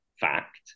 fact